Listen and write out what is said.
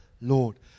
Lord